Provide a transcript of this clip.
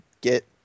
get